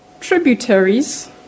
tributaries